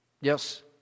Yes